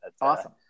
Awesome